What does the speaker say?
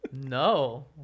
No